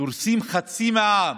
דורסים חצי מהעם,